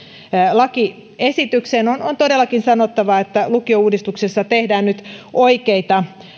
lakiesitykseen on on sanottava että lukiouudistuksessa tehdään nyt oikeita